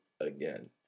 again